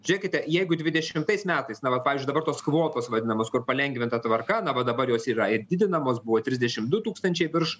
žiūrėkite jeigu dvidešimtais metais na vat pavyzdžiui dabar tos kvotos vadinamos kur palengvinta tvarka na va dabar jos yra ir didinamos buvo trisdešim du tūkstančiai virš